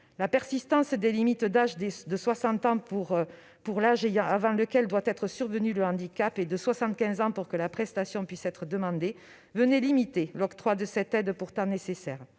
La persistance des limites d'âge, c'est-à-dire 60 ans pour l'âge avant lequel doit être survenu le handicap, et de 75 ans pour que la prestation puisse être demandée, venait limiter l'octroi de cette aide pourtant nécessaire.